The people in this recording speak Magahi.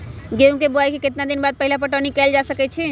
गेंहू के बोआई के केतना दिन बाद पहिला पटौनी कैल जा सकैछि?